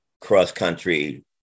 cross-country